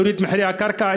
להוריד את מחירי הקרקע,